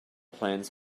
plans